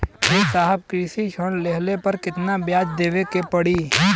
ए साहब कृषि ऋण लेहले पर कितना ब्याज देवे पणी?